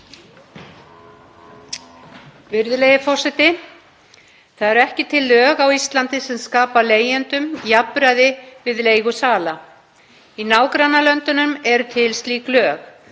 Virðulegi forseti. Það eru ekki til lög á Íslandi sem skapa leigjendum jafnræði við leigusala. Í nágrannalöndunum eru til slík lög.